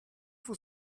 for